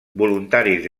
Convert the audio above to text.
voluntaris